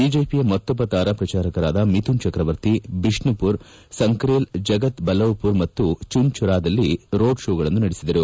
ಬಿಜೆಪಿಯ ಮತ್ತೊಬ್ಬ ತಾರಾ ಪ್ರಜಾರಕರಾದ ಮಿಥುನ್ ಚಕ್ರವರ್ತಿ ಬಿಷ್ಣುಮರ್ ಸಂಕ್ರೇಲ್ ಜಗತ್ ಬಲ್ಲವಮರ್ ಮತ್ತು ಚುನ್ಚುರಾದಲ್ಲಿ ರೋಡ್ ಶೋಗಳನ್ನು ನಡೆಸಿದರು